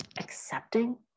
accepting